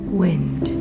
wind